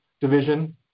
division